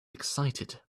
excited